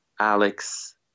alex